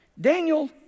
Daniel